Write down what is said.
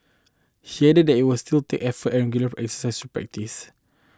he added that it will still take effort and exercise by this